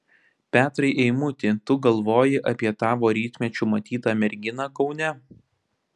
petrai eimuti tu galvoji apie tavo rytmečiu matytą merginą kaune